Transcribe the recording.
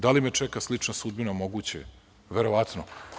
Da li me čeka slična sudbina, moguće je, verovatno.